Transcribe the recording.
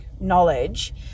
knowledge